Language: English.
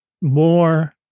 more